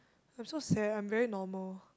I'm so sad I'm very normal